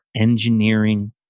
engineering